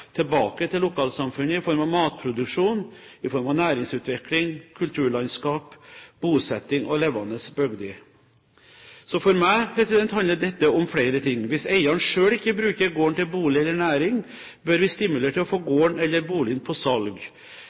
tilbake til lokalsamfunnet i form av matproduksjon, i form av næringsutvikling, kulturlandskap, bosetting og levende bygder. For meg handler dette om flere ting: Hvis eieren selv ikke bruker gården til bolig eller næring, bør vi stimulere til å få gården eller boligen på salg.